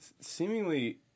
seemingly